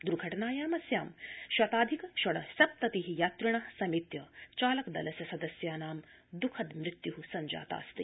दर्घटनायां शताधिक षडसप्तति यात्रिण समेत्य चालक दलस्य सदस्यानां द्खद मृत्यु सञ्जातास्ति